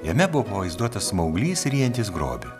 jame buvo pavaizduotas smauglys ryjantis grobį